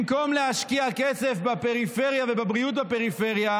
במקום להשקיע כסף בפריפריה ובבריאות בפריפריה